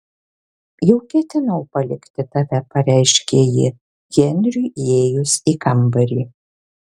jau ketinau palikti tave pareiškė ji henriui įėjus į kambarį